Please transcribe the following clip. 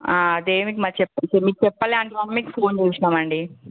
అదేమిటి చెప్పండి మీకు చెప్పాలి అని మమ్మీకి ఫోన్ చేసినాము అండి